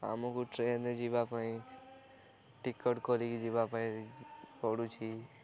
ଆମକୁ ଟ୍ରେନରେ ଯିବା ପାଇଁ ଟିକଟ କରିକି ଯିବା ପାଇଁ ପଡ଼ୁଛି